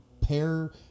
pair